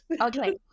okay